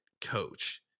coach